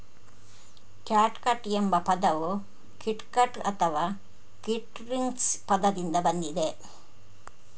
catgut ಎಂಬ ಪದವು kitgut ಅಥವಾ ಕಿಟ್ಸ್ಟ್ರಿಂಗ್ ಪದದಿಂದ ಬಂದಿದೆ